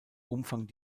umfang